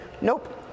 nope